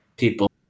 people